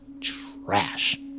trash